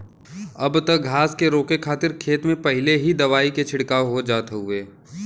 अब त घास के रोके खातिर खेत में पहिले ही दवाई के छिड़काव हो जात हउवे